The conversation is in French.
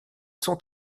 sont